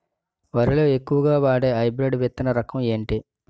వరి లో ఎక్కువుగా వాడే హైబ్రిడ్ విత్తన రకం ఏంటి?